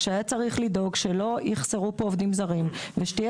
כשהיה צריך לדאוג שלא יחסרו פה עובדים זרים ושתהיה